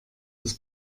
das